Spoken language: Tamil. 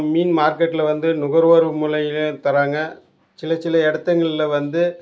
மீன் மார்க்கெட்டில் வந்து நுகர்வோர் மூலிமா தர்றாங்க சில சில இடத்துங்கள்ல வந்து